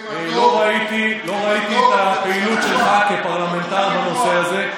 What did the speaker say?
לא ראיתי את הפעילות שלך כפרלמנטר בנושא הזה.